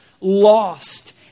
lost